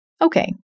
Okay